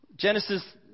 Genesis